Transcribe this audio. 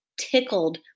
tickled